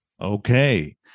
Okay